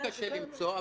מאוד קשה למצוא,